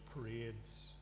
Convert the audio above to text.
parades